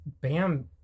Bam